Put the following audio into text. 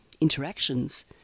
interactions